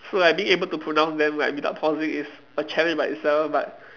so like being able to pronounce them like without pausing is a challenge by itself but